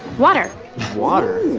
water water?